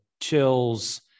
chills